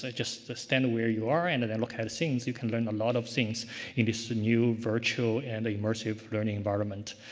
so just understand where you are and and and what kind of things you can learn a lot of things in this new virtual and immersive learning environment.